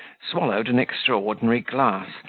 swallowed an extraordinary glass,